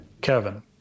Kevin